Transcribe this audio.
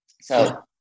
So-